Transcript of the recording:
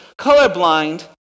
Colorblind